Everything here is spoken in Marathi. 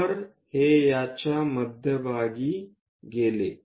तर हे याचा मध्यभागी गेले